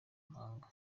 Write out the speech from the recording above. mpaga